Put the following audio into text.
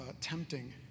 tempting